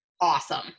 awesome